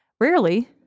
rarely